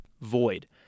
Void